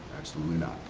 absolutely not.